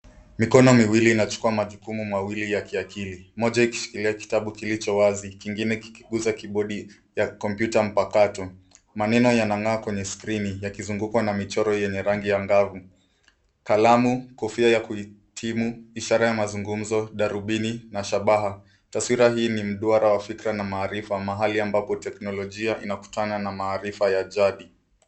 Mikono miwili inachukua majukumu mawili ya kiakili. Moja ikishikilia kitabu kilicho wazi, kingine kikiguza kibodi ya kompyuta mpakato. Maneno yanang'aa kwenye skrini, yakizungukwa na michoro yenye rangi anga'vu. Kalamu, kofia ya kuhitimu, ishara ya mazungumzo darubini na shabaha. Taswira hii mduara wa fikra na maarifu, mahali ambapo teknolojia inakutana na maarifa ya jadi.